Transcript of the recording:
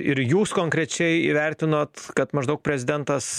ir jūs konkrečiai įvertinot kad maždaug prezidentas